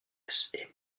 est